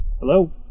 Hello